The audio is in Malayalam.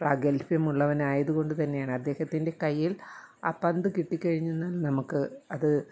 പ്രാഗൽഭ്യമുള്ളവൻ ആയതുകൊണ്ടു തന്നെയാണ് അദ്ദേഹത്തിൻ്റെ കൈയിൽ ആ പന്ത് കിട്ടി കഴിഞ്ഞാൽ നമുക്ക് അത്